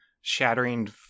shattering